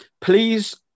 Please